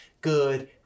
good